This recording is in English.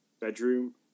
bedroom